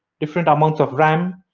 different amounts of ram,